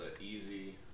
easy